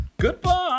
goodbye